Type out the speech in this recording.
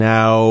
Now